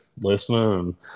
listening